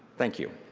thank you.